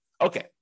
Okay